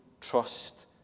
trust